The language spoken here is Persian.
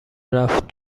رفت